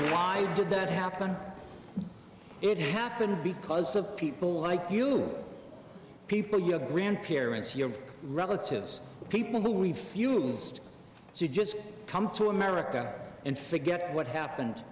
i did that happen it happened because of people like you people your grandparents your relatives the people who refused you just come to america and forget what happened